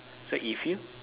so if you